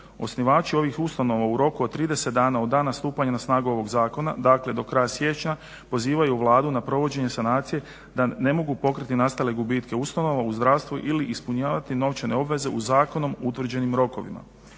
Osnivači ovih ustanova u roku od 30 dana od stupanja na snagu ovog zakona, dakle do kraja siječnja pozivaju Vladu na provođenje sanacije da ne mogu pokriti nastale gubitke ustanova u zdravstvu ili ispunjavati novčane obveze u zakonom utvrđenim rokovima.